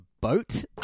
boat